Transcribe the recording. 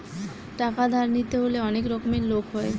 টাকা ধার নিতে হলে অনেক রকমের লোক হয়